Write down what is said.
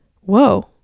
Whoa